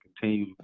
continue